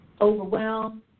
Overwhelmed